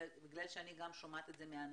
אלא בגלל שאני גם שומעת את זה מאנשים.